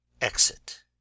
Exit